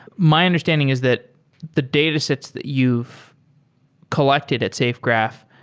my understanding is that the datasets that you've collected at safegraph,